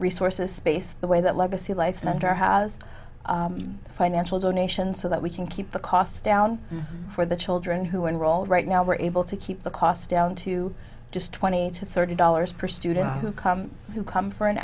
resources space the way that legacy life mentor has financial donations so that we can keep the costs down for the children who are enrolled right now we're able to keep the costs down to just twenty to thirty dollars per student who come who come for an